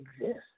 exist